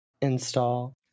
install